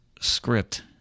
script